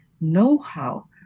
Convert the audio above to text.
know-how